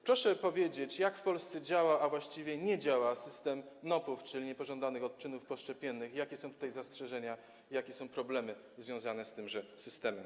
Proszę powiedzieć, jak w Polsce działa, a właściwie nie działa system zgłaszania NOP, czyli niepożądanych odczynów poszczepiennych, i jakie są tutaj zastrzeżenia, jakie są problemy związane z tym systemem?